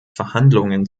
verhandlungen